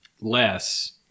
Less